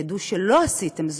ותדעו שלא עשיתם זאת,